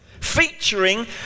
featuring